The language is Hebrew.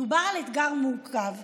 מדובר על אתגר מורכב,